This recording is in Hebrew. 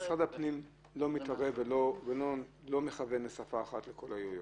משרד הפנים לא מתערב ולא מכוון לשפה אחת לכל העיריות?